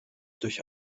durch